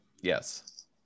Yes